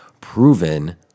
proven